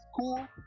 cool